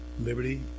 liberty